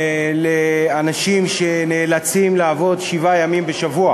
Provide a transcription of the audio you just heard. לאנשים שנאלצים לעבוד שבעה ימים בשבוע.